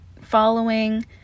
following